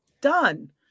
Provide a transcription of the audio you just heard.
Done